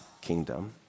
kingdom